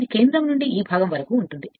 ఇది కేంద్రం నుండి ఈ భాగం వరకు తయారు చేయబడింది